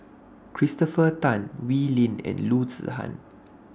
Christopher Tan Wee Lin and Loo Zihan